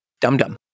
Dum-dum